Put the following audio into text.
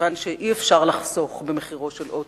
הרי אי-אפשר לחסוך במחירו של אוטובוס,